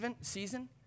season